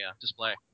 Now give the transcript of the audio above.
display